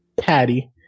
patty